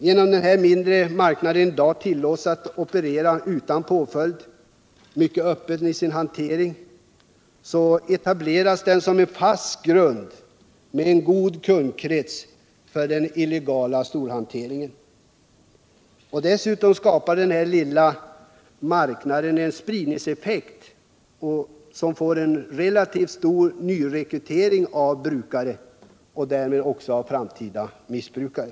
Genom att den mindre marknaden i dag tillåts operera utan påföljd och är mycket öppen i sin hantering etableras den som en fast grund med en god kundkrets för den illegala storhanteringen. Dessutom har denna ”lilla marknad” en spridningseffekt; den åstadkommer relativt stor nyrekrytering av brukare och därmed av framtida missbrukare.